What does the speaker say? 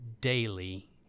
daily